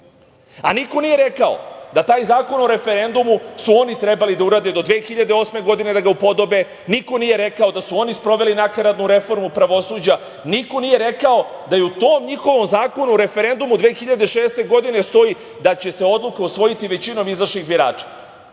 a niko nije rekao da taj Zakon o referendumu su oni trebali da urade do 2008. godine, da ga upodobe. Niko nije rekao da su oni sproveli nakaradnu reformu pravosuđa. Niko nije rekao da u tom njihovom Zakonu o referendumu iz 2006. godine stoji da će se odluka usvojiti većinom izašlih birača.